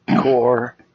Core